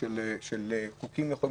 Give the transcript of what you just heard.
לשאר החברות והחברים שנמצאים